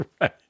Right